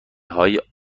های